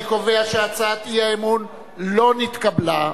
אני קובע שהצעת האי-אמון לא נתקבלה,